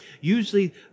Usually